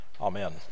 amen